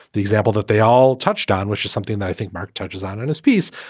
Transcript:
the example that they all touched on, which is something that i think mark touches on in this piece,